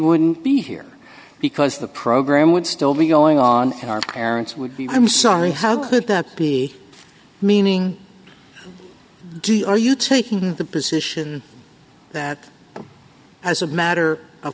wouldn't be here because the program would still be going on in our parents would be i'm sorry how could that be meaning do you are you taking the position that as a matter of